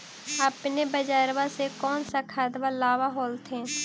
अपने बजरबा से कौन सा खदबा लाब होत्थिन?